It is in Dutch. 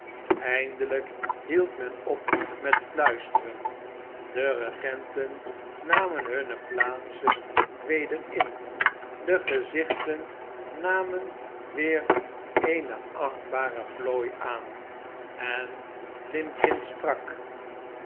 eindelijk hield men op met fluisteren de regenten namen hunne plaatsen weder in de gezichten namen weer eenc achtbare plooi aan en limbkins sprak